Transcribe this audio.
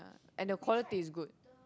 and the quality is good